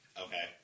Okay